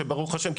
שברוך השם,